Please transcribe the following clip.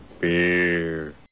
Beer